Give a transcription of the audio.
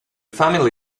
family